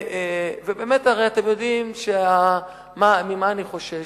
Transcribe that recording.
ובאמת, הרי אתם יודעים, ממה אני חושש?